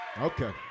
Okay